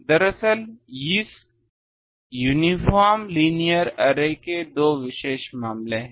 दरअसल इस uniform linear array के दो विशेष मामले हैं